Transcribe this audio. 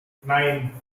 nine